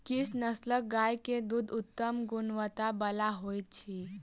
किछ नस्लक गाय के दूध उत्तम गुणवत्ता बला होइत अछि